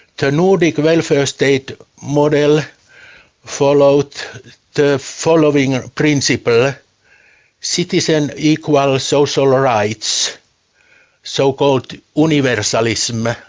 the nordic welfare state model followed the following ah principles ah citizen equal ah social ah rights so-called universalism